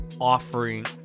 offering